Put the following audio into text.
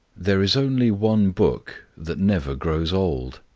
there is only one book that never grows old.